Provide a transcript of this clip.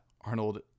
Arnold